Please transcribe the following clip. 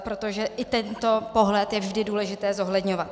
Protože i tento pohled je vždy důležité zohledňovat.